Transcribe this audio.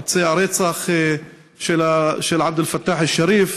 הוא ביצע רצח של עבד אל-פתאח א-שריף.